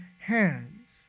hands